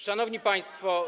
Szanowni Państwo!